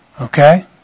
Okay